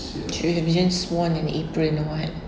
should have just worn an apron or what